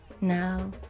Now